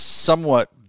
somewhat